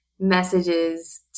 messages